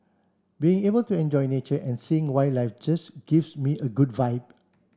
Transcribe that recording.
being able to enjoy nature and seeing wildlife just gives me a good vibe